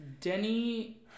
denny